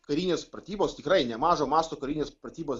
karinės pratybos tikrai nemažo masto karinės pratybos